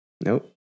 Nope